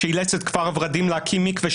שאילץ את כפר הוורדים להקים מקווה,